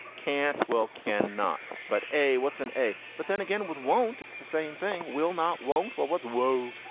cantwell can not but a what's an a? but then again with won't. it's the same thing. will not won't. well what's wo.